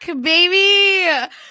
baby